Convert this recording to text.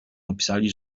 napisali